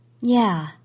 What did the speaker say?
Yeah